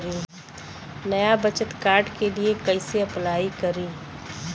नया बचत कार्ड के लिए कइसे अपलाई करी?